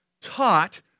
taught